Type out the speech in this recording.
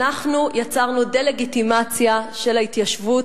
אנחנו יצרנו דה-לגיטימציה של ההתיישבות